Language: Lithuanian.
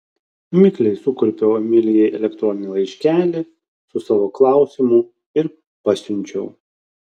mikliai sukurpiau emilijai elektroninį laiškelį su savo klausimu ir pasiunčiau